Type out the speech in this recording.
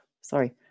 Sorry